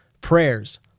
Prayers